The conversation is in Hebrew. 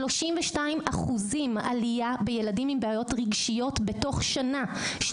יש עלייה של 32% בילדים עם בעיות רגשיות ועלייה של